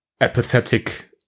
apathetic